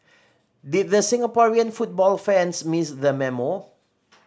did the Singaporean football fans miss the memo